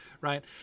right